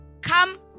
come